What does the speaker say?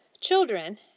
Children